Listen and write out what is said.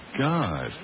God